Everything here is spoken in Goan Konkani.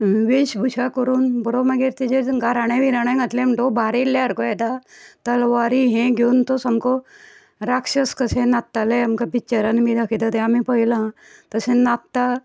वेशभुशा करून बरो मागीर तेजेर गाराणें बिराणें घातल्या म्हणटगूर भार येयल्या सारको येता तलवारी हें घेवन तो सामको राक्षस कशे नाचताले आमकां पिक्चरांनी बी दाखयताले तें आमी पयला तशें नाचता